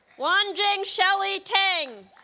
wanjing shelly tang